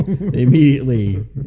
Immediately